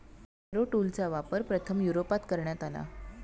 Harrow टूलचा वापर प्रथम युरोपात करण्यात आला